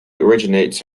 originates